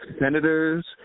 senators